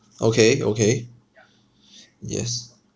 okay okay yes